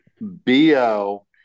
Bo